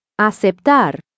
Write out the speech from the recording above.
Aceptar